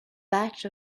batch